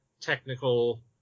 technical